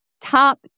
top